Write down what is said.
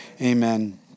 Amen